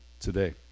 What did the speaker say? today